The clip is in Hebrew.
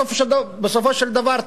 בסופו של דבר,